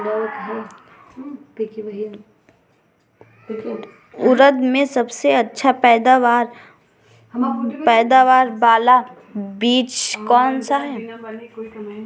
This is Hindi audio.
उड़द में सबसे अच्छा पैदावार वाला बीज कौन सा है?